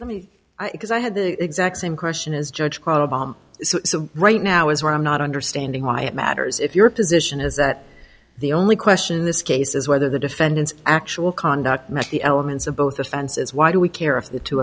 i because i had the exact same question is judge probably right now is where i'm not understanding why it matters if your position is that the only question in this case is whether the defendant's actual conduct met the elements of both offenses why do we care if the two